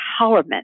empowerment